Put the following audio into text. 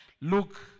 Look